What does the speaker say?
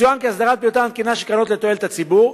יצוין כי הסדרת פעילותן התקינה של קרנות לתועלת הציבור,